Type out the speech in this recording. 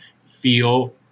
feel